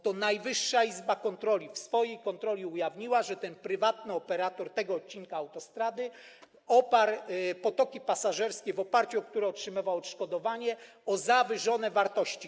To Najwyższa Izba Kontroli w swojej kontroli ujawniła, że prywatny operator tego odcinka autostrady oparł potoki pasażerskie, w oparciu o które otrzymywał odszkodowanie, o zawyżone wartości.